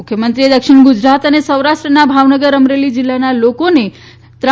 મુખ્યમંત્રીએ દક્ષિણ ગુજરાત અને સૌરાષ્ટ્રના ભાવનગર અમરેલી જિલ્લાના લોકોને તા